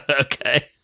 Okay